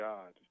God